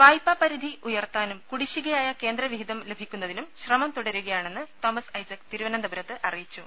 വായ്പാപരിധി ഉയർത്താനും കുടിശ്ശികയായ കേന്ദ്രവിഹിതം ലഭിക്കുന്നതിനും ശ്രമം തുടരുകയാണെന്ന് തോമസ് ഐസക് തിരുവന്തപുരത്ത് അറിയിച്ചു